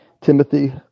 Timothy